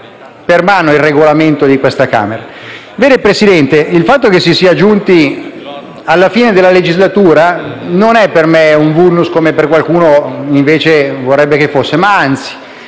il fatto che si sia giunti alla fine della legislatura non è per me un *vulnus*, come invece qualcuno vorrebbe che fosse, ma è